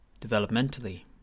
Developmentally